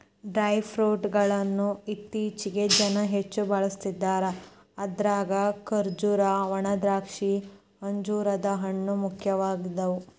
dry fruit ಗಳ್ಳನ್ನ ಇತ್ತೇಚಿಗೆ ಜನ ಹೆಚ್ಚ ಬಳಸ್ತಿದಾರ ಅದ್ರಾಗ ಖರ್ಜೂರ, ಒಣದ್ರಾಕ್ಷಿ, ಅಂಜೂರದ ಹಣ್ಣು, ಮುಖ್ಯವಾದವು